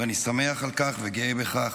ואני שמח על כך וגאה בכך,